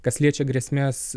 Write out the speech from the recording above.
kas liečia grėsmės